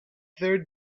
there